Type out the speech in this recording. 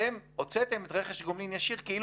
אתם הוצאתם את רכש הגומלין הישיר כאילו